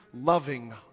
loving